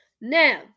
Now